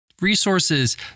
resources